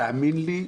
תאמין לי,